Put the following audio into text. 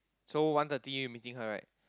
so one thirty you meeting her right